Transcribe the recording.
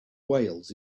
whales